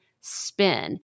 spin